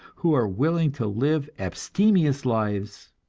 who are willing to live abstemious lives,